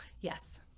yes